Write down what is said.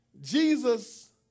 Jesus